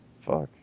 Fuck